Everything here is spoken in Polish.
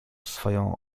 swoją